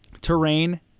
Terrain